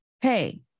Hey